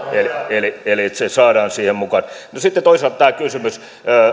eli eli se saadaan siihen mukaan sitten toisaalta oli tämä kysymys